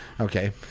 okay